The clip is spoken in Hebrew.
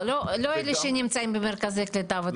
לא אלה שנמצאים במרכזי קליטה ותוכניות.